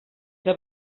que